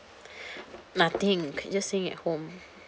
nothing just staying at home